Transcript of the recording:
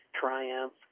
triumph